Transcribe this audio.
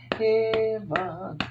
heaven